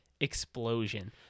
explosion